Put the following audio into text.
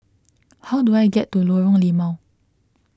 how do I get to Lorong Limau